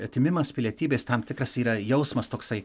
atėmimas pilietybės tam tikras yra jausmas toksai